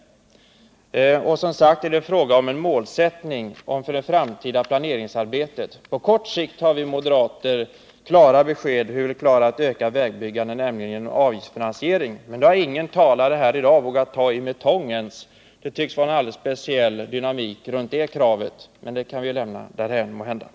Och som sagt, det är fråga om en målsättning för det framtida planeringsarbetet. På kort sikt har vi moderater givit klara besked om hur vi vill klara en ökning av vägbyggandet — nämligen genom avgiftsfinansiering. Men det har ingen talare i dag vågat ta i ens med tång. Det tycks finnas en alldeles speciell dynamik i det kravet. Men det kan vi måhända lämna därhän nu.